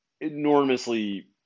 enormously